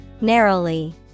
narrowly